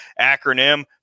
acronym